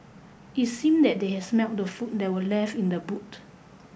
it seemed that they had smelt the food that were left in the boot